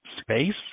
space